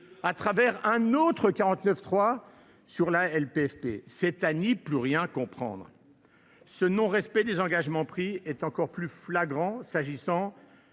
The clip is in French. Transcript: à travers un autre 49.3 – sur la LPFP. C’est à n’y plus rien comprendre. Ce non respect des engagements pris est encore plus flagrant s’agissant